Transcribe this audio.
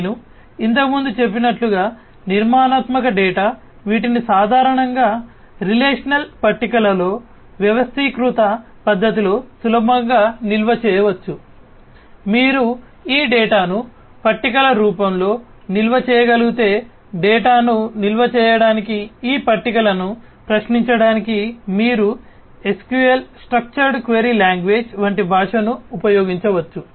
నేను ఇంతకు ముందు చెప్పినట్లుగా నిర్మాణాత్మక డేటా వంటి భాషను ఉపయోగించవచ్చు